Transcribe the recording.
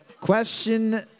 Question